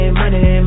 money